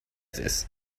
this